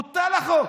בוטל החוק,